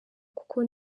kuko